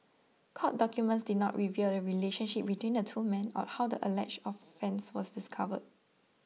court documents did not reveal the relationship between the two men or how the alleged offence was discovered